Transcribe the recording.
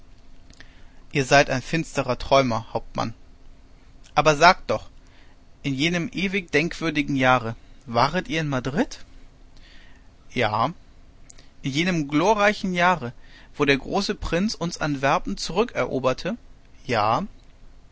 ihr seid ein finsterer träumer hauptmann aber sagt doch in jenem ewig denkwürdigen jahre waret ihr in madrid ja in jenem glorreichen jahre wo der große prinz antwerpen uns zurückeroberte ja